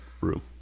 room